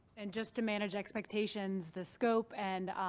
and just to manage expectations, the scope and,